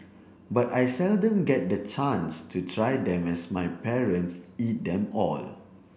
but I seldom get the chance to try them as my parents eat them all